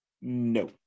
no